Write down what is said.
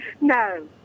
No